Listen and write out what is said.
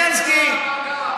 נו, אז מה?